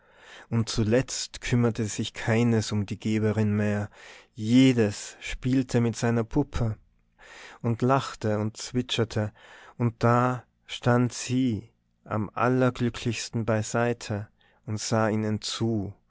und zuletzt kümmerte sich keines um die geberin mehr jedes spielte mit seiner puppe und lachte und zwitscherte und da stand sie am allerglücklichsten beiseite und sah ihnen zu